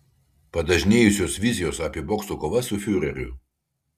padažnėjusios vizijos apie bokso kovas su fiureriu